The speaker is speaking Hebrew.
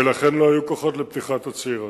ולכן לא היו כוחות לפתיחת הציר הזה.